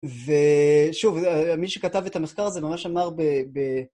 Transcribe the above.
ושוב, מי שכתב את המחקר הזה ממש אמר ב...